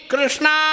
Krishna